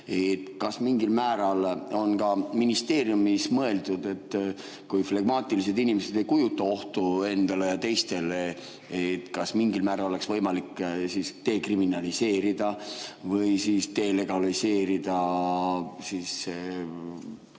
Kas mingil määral on ka ministeeriumis mõeldud, et kui flegmaatilised inimesed ei kujuta ohtu endale ega teistele, kas mingil määral oleks võimalik dekriminaliseerida või siis [legaliseerida]